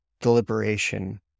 Deliberation